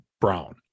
brown